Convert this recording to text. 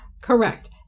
Correct